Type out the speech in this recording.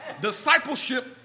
Discipleship